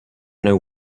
know